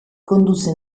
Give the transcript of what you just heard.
condusse